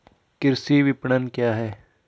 कृषि विपणन क्या है?